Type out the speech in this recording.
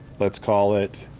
let's call it,